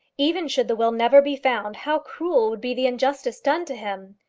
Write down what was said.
even should the will never be found, how cruel would be the injustice done to him!